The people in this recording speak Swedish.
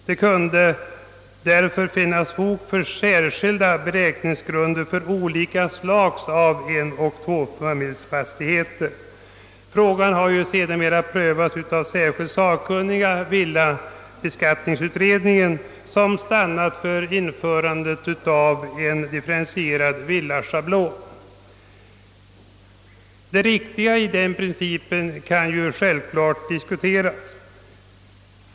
Det kunde därför finnas fog för särskilda beräkningsgrunder för olika slag av en och tvåfamiljsfastigheter. Frågan har sedermera prövats av sakkunniga — villabeskattningsutredningen — som stannat för införande av en differentierad villaschablon. Det riktiga i denna princip kan självfallet diskuteras.